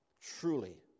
truly